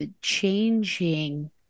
changing